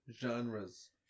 genres